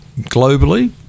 globally